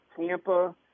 Tampa